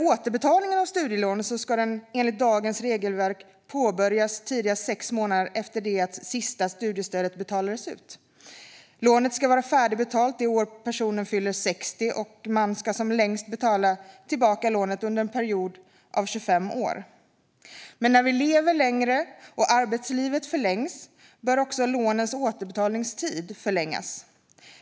Återbetalning av studielån ska enligt dagens regelverk påbörjas tidigast sex månader efter att det sista studiestödet betalades ut. Lånet ska vara färdigbetalt det år personen fyller 60 år, och man kan som längst betala tillbaka lånet under en period av 25 år. Men eftersom vi lever längre och arbetslivet förlängs bör också lånens återbetalningstid förlängas.